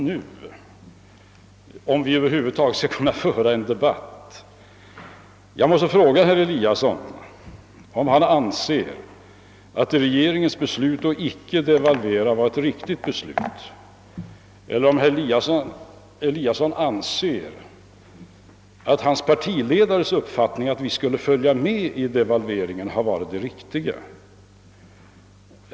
För att vi över huvud taget skall kunna föra en debatt måste jag fråga herr Eliasson i Sundborn, huruvida han anser att regeringens beslut att icke devalvera var riktigt eller om han anser att hans partiledares uppfattning att Sverige skulle följa med i devalveringen varit den riktiga.